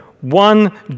one